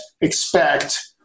expect